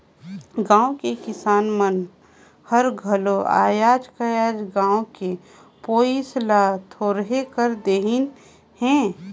गाँव के किसान मन हर घलो आयज कायल गाय के पोसई ल थोरहें कर देहिनहे